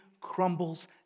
crumbles